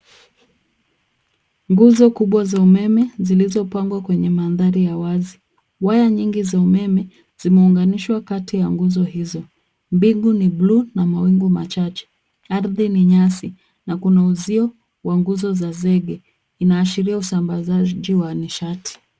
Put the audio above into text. Nguzo kubwa za umeme zilizopangwa kwenye mandhari ya wazi. Waya nyingi za umeme zimeunganishwa kati ya nguzo hizo. Mbingu ni bluu na mawingu machache. Ardhi na nyasi kuna uzio wa nguzo za zege, inaoashiria usambazaji wa nishati.